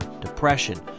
depression